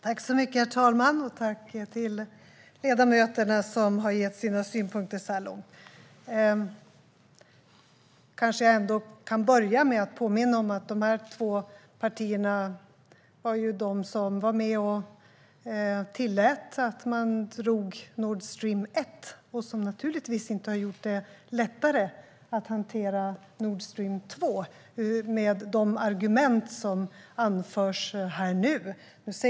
Herr talman! Jag vill tacka ledamöterna som har lämnat sina synpunkter så här långt. Jag vill börja med att påminna om att dessa två partier var med och tillät att man drog Nord Stream 1. Det har naturligtvis inte gjort det lättare att hantera Nord Stream 2 med de argument som här och nu anförs.